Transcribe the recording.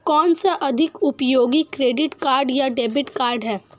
कौनसा अधिक उपयोगी क्रेडिट कार्ड या डेबिट कार्ड है?